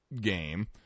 game